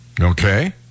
Okay